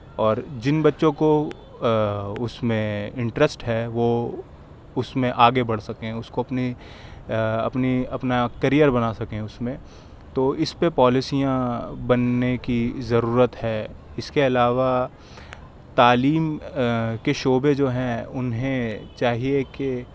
اور جن بچوں کو اُس میں انٹرسٹ ہے وہ اُس میں آگے بڑھ سکیں اُس کو اپنی اپنی اپنا کیرئر بنا سکیں اُس میں تو اِس پہ پالیسیاں بننے کی ضرورت ہے اِس کے علاوہ تعلیم کے شعبے جو ہیں اُنہیں چاہیے کہ